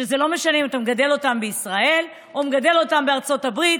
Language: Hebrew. שזה לא משנה אם אתה מגדל אותם בישראל או מגדל אותם בארצות הברית,